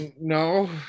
no